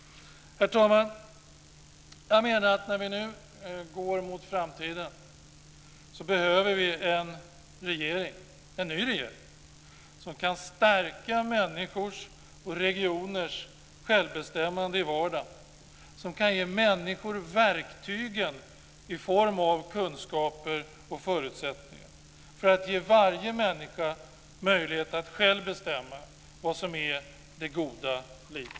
Herr talman! När vi nu går mot framtiden behöver vi en ny regering som kan stärka människors och regioners självbestämmande i vardagen och som kan ge människor verktygen i form av kunskaper och förutsättningar för att ge varje människa möjlighet att själv bestämma vad som är det goda livet.